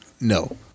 no